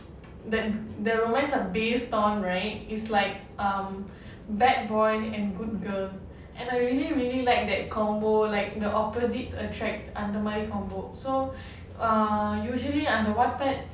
that the romance are based on right is like um bad boy and good girl and I really really liked that combination like the opposites attract அந்த மாதிரி:antha maathiri combination so uh usually on the Wattpad